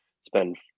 spend